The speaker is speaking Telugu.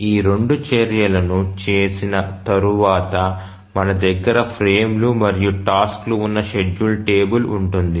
ఈ రెండు చర్యలను చేసిన తరువాత మన దగ్గర ఫ్రేమ్లు మరియు టాస్క్లు ఉన్న షెడ్యూల్ టేబుల్ ఉంటుంది